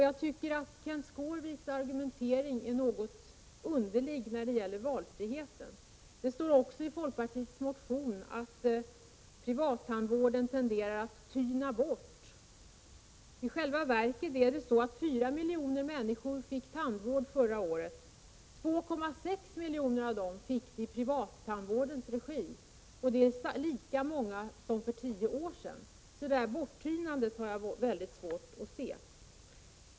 Jag tycker att Kenth Skårviks argumentering är något underlig när det gäller valfriheten. Det står också i folkpartiets motion att privat tandvård tenderar att tyna bort. I själva verket fick 4 miljoner människor tandvård förra året. 2,6 miljoner av dem fick det i privattandvårdens regi. Det är lika många som för tio år sedan. Detta borttynande har jag därför mycket svårt att se.